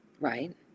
Right